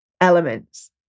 elements